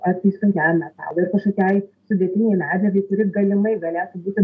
ar tai sunkiajam metalui ar kažkokiai sudėtinei medžiagai kuri galimai galėtų būti